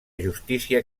justícia